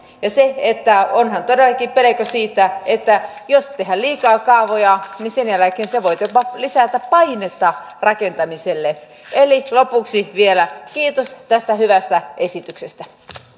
ja onhan todellakin pelko siitä että jos tehdään liikaa kaavoja niin sen jälkeen se voi jopa lisätä painetta rakentamiselle eli lopuksi vielä kiitos tästä hyvästä esityksestä